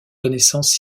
connaissances